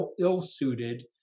ill-suited